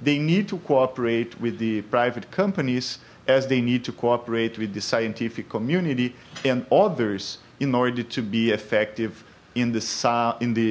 they need to cooperate with the private companies as they need to cooperate with the scientific community and others in order to be effective in the